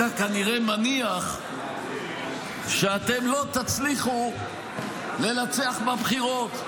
אתה כנראה מניח שאתם לא תצליחו לנצח בבחירות,